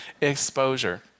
exposure